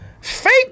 fake